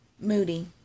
Moody